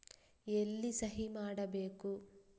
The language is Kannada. ಎಲ್ಲಿ ಸಹಿ ಮಾಡಬೇಕು?